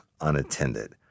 unattended